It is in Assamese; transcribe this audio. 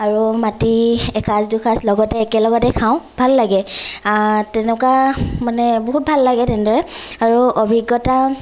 আৰু মাতি এসাঁজ দুসাঁজ লগতে একেলগতে খাওঁ ভাল লাগে তেনেকুৱা মানে বহুত ভাল লাগে তেনেদৰে আৰু অভিজ্ঞতা